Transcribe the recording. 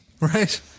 right